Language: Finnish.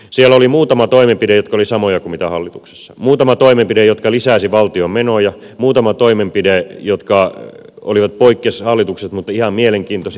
siellä oli muutama toimenpide jotka olivat samoja kuin hallituksessa muutama toimenpide jotka lisäsivät valtion menoja muutama toimenpide jotka poikkesivat hallituksesta mutta ihan mielenkiintoisia